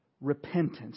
repentance